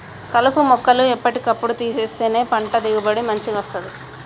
కలుపు మొక్కలు ఎప్పటి కప్పుడు తీసేస్తేనే పంట దిగుబడి మంచిగ వస్తది